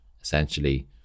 essentially